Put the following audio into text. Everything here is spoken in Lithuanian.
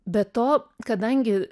be to kadangi